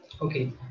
okay